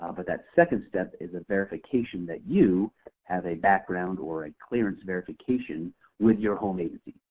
ah but that second step is a verification that you have a background or a clearance verification with your home agency.